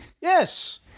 Yes